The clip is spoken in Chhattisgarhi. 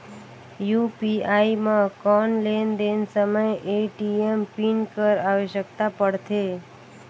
यू.पी.आई म कौन लेन देन समय ए.टी.एम पिन कर आवश्यकता पड़थे?